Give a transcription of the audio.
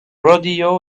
rodeo